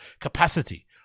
capacity